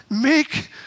Make